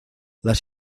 las